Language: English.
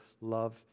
love